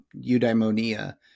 eudaimonia